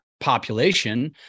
population